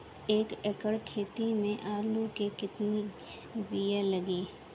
एक एकड़ खेती में आलू के कितनी विया लागी?